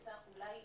אולי